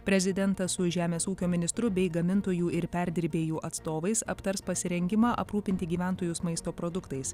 prezidentas su žemės ūkio ministru bei gamintojų ir perdirbėjų atstovais aptars pasirengimą aprūpinti gyventojus maisto produktais